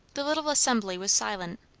the little assembly was silent,